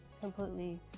completely